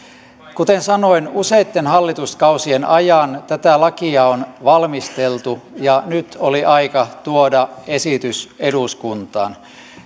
kuten sanoin useitten hallituskausien ajan tätä lakia on valmisteltu ja nyt oli aika tuoda esitys eduskuntaan